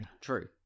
true